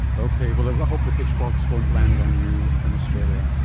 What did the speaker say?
okay, well i hope the pitchforks won't land on you from australia.